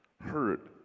hurt